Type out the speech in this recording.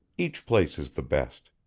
each place is the best.